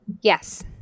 Yes